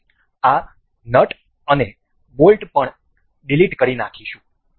આપણે આ નટ અને બોલ્ટ પણ ડીલીટ કરી નાખીશું